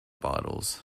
bottles